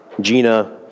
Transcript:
Gina